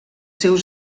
seus